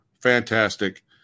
fantastic